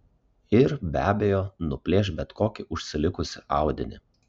ir be abejo nuplėš bet kokį užsilikusį audinį